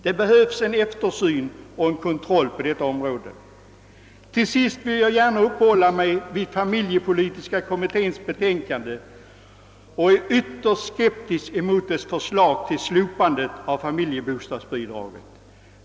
Det behövs en eftersyn och en kontroll på detta område. Till sist vill jag gärna uppehålla mig vid familjepolitiska kommitténs betänkande. Jag ställer mig ytterst skeptisk till dess förslag till slopandet av familjebostadsbidraget.